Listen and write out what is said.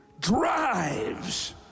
drives